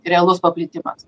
realus paplitimas